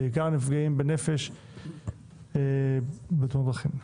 בעיקר הנפגעים בנפש בתאונות דרכים.